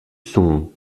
sont